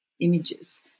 images